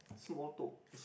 small talk